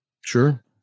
Sure